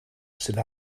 sydd